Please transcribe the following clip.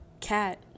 cat